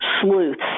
sleuths